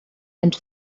and